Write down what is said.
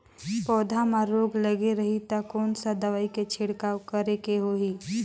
पौध मां रोग लगे रही ता कोन सा दवाई के छिड़काव करेके होही?